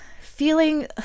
feeling